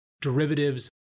derivatives